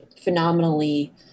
phenomenally